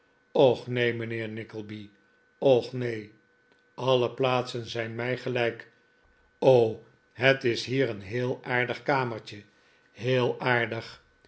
och neen mijnheer nickleby och neen alle plaatsen zijn mij gelijk o het is hier een heel aardig kamertje heel aardig